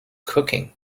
cooking